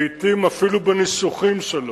לעתים אפילו בניסוחים שלו.